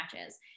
matches